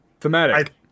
thematic